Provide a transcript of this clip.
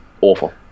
awful